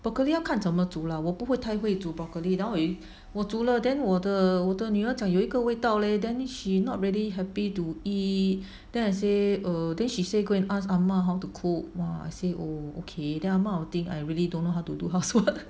broccoli 要看怎么样煮 lah 我不会太会煮 broccoli like 我煮了 then 我的我的女儿讲有一个味道 leh then she not really happy to eat then I say err then she say go and ask ah ma how to cook mm I say oh okay then ah ma will think I really don't know how to do housework